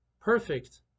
perfect